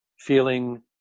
feeling